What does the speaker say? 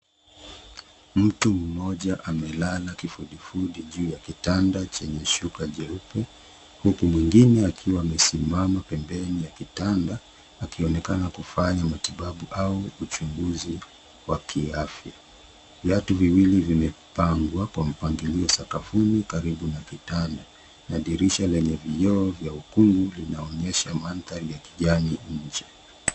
Mtu mmoja amelala kifudifudi juu ya kitanda chenye shuka jeupe. Huku mwingine akiwa amesimama pembeni ya kitanda, akionekana kufanya matibabu au uchunguzi wa kiafya. Viatu viwili vimepangwa kwa mpangilio sakafuni, karibu na kitanda. Na dirisha lenye vioo vya ukungu, linaonyesha mandhari ya kijani.